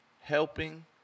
helping